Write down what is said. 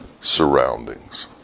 surroundings